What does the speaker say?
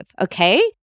okay